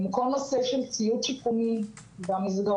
כל נושא של ציוד שיקומי במסגרות.